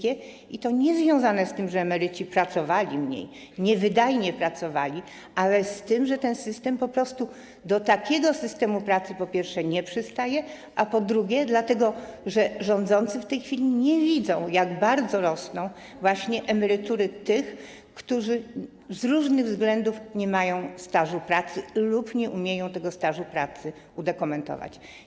I to nie jest związane z tym, że emeryci pracowali mniej, niewydajnie pracowali, ale z tym, że ten system po prostu do takiego systemu pracy, po pierwsze, nie przystaje, a po drugie, że rządzący w tej chwili nie widzą, jak bardzo rosną właśnie emerytury tych, którzy z różnych względów nie mają stażu pracy lub nie umieją tego stażu pracy udokumentować.